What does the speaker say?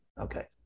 okay